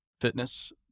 fitness